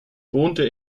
wohnte